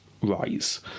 rise